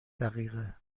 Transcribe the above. دقیقه